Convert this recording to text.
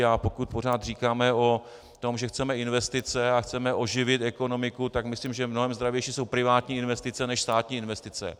A pokud pořád říkáme o tom, že chceme investice a chceme oživit ekonomiku, tak myslím, že mnohem zdravější jsou privátní investice než státní investice.